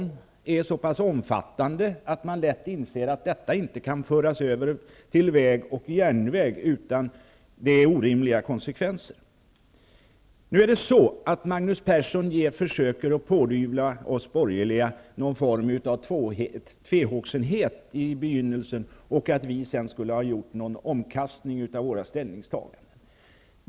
Den är så omfattande att man lätt inser att den inte kan föras över till väg eller järnväg utan orimliga konsekvenser. Magnus Persson försöker pådyvla oss borgerliga någon form av tvehågsenhet i begynnelsen och säger att vi sedan skulle ha gjort en omkastning av våra ställningstaganden.